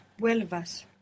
vuelvas